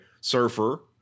surfer